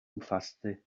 umfasste